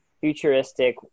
futuristic